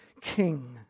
king